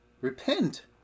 Repent